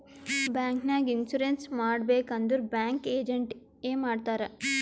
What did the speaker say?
bank ನಾಗ್ insurance ಮಾಡಬೇಕ್ ಅಂದುರ್ ಬ್ಯಾಂಕ್ ಏಜೆಂಟ್ ಎ ಮಾಡ್ತಾರ್